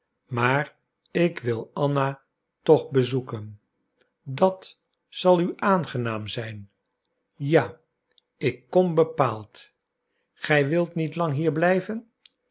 maar ik wil anna toch bezoeken dat zal u aangenaam zijn ja ik kom bepaald gij wilt niet lang hier blijven